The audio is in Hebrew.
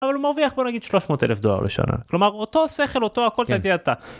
אבל הוא מרוויח בוא נגיד שלוש מאות אלף דולר לשנה כלומר אותו שכל אותו הכל תהיה אתה.